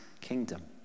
kingdom